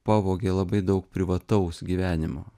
pavogė labai daug privataus gyvenimo